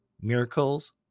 miracles